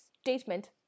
statement